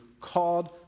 called